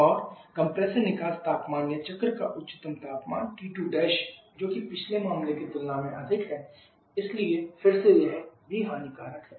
और कंप्रेसर निकास तापमान या चक्र का उच्चतम तापमान T2 जो कि पिछले मामले की तुलना में अधिक है इसलिए फिर से यह भी हानिकारक है